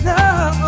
now